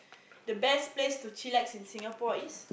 the best place to chill lax in Singapore is